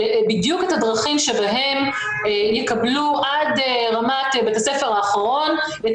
בדיוק את הדרכים שבהן יקבלו עד רמת בית הספר האחרון את